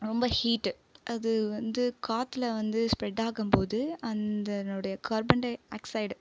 ரொம்ப ஹீட்டு அது வந்து காற்றில் வந்து ஸ்ப்ரெட் ஆகும்போது அந்தனுடைய கார்பன்டை ஆக்ஸைடு